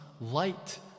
light